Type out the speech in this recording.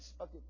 Okay